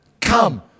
Come